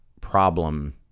problem